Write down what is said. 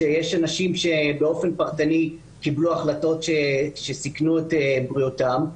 שיש אנשים שבאופן פרטני קיבלו החלטות שסיכנו את בריאותם.